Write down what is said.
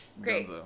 great